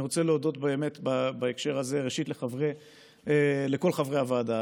אני רוצה להודות בהקשר הזה ראשית לכל חברי הוועדה,